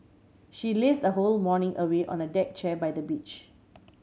she lazed her whole morning away on a deck chair by the beach